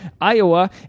iowa